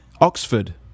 Oxford